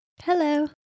Hello